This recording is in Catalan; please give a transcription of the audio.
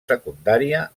secundària